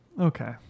Okay